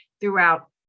throughout